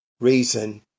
reason